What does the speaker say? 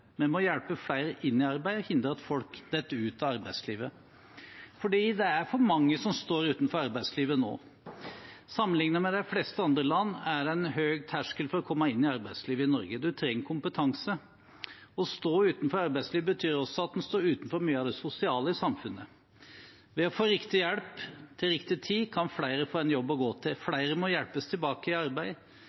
må hjelpe flere inn i arbeid og hindre at folk faller ut av arbeidslivet. Det er for mange som står utenfor arbeidslivet nå. Sammenlignet med de fleste andre land er det en høy terskel for å komme inn i arbeidslivet i Norge – man trenger kompetanse. Å stå utenfor arbeidslivet betyr også at man står utenfor mye av det sosiale i samfunnet. Ved å få riktig hjelp til riktig tid kan flere få en jobb å gå til. Flere må hjelpes tilbake i arbeid,